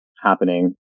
happening